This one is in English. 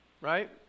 Right